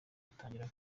atangira